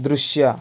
ದೃಶ್ಯ